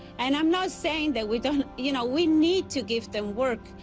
and i'm not saying that we don't you know we need to give them work,